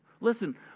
Listen